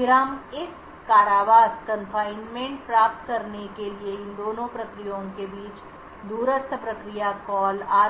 फिर हम कारावास प्राप्त करने के लिए इन दो प्रक्रियाओं के बीच दूरस्थ प्रक्रिया कॉल का